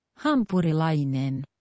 Hampurilainen